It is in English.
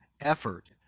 effort